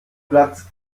platzt